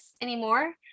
anymore